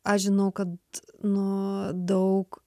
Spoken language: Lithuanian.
aš žinau kad nu daug